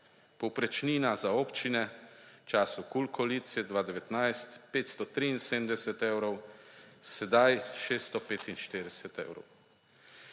Povprečnina za občine v času KUL koalicije 2019 573 evrov, sedaj 645 evrov.